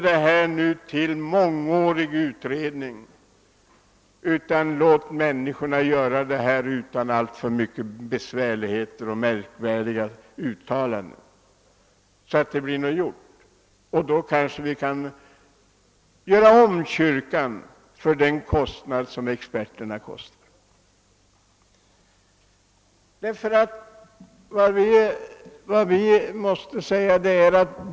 Det får inte bli en mångårig utredning, utan vi måste se till att det blir någonting gjort utan alltför mycket besvärligheter och märkvärdiga uttalanden. På det sättet kanske vi kan göra om kyrkan bara för den summa som experterna nu har kostat.